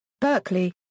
Berkeley